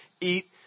eat